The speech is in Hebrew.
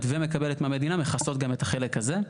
ומקבלת מהמדינה מכסות גם את החלק הזה.